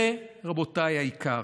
זה, רבותיי, העיקר,